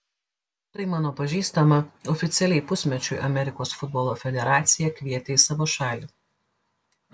štai mano pažįstamą oficialiai pusmečiui amerikos futbolo federacija kvietė į savo šalį